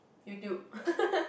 YouTube